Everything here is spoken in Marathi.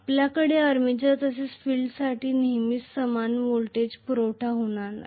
आपल्याकडे आर्मेचर तसेच फिल्डसाठी नेहमीच समान व्होल्टेज पुरवठा होणार आहे